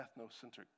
ethnocentric